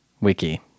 Wiki